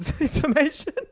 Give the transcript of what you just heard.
information